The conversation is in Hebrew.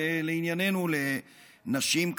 ולענייננו לנשים,